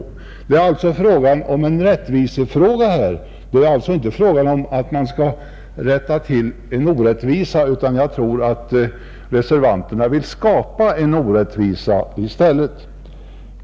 Det gäller alltså en rättvisefråga. Det gäller inte att rätta till en orättvisa, utan reservanterna vill i stället skapa en orättvisa.